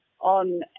on